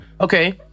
Okay